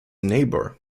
neighbour